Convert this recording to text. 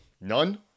None